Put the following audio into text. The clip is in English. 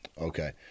okay